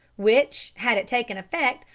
which, had it taken effect,